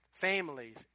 families